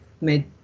made